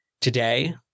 today